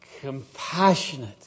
compassionate